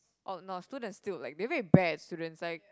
orh no students still like they very bad students like